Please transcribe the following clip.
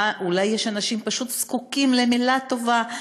אולי יש אנשים שפשוט זקוקים למילה טובה,